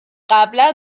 قبلا